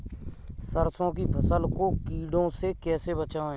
सरसों की फसल को कीड़ों से कैसे बचाएँ?